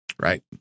Right